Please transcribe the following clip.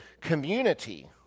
community